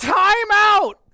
timeout